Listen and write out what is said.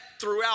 throughout